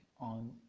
on